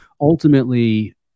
Ultimately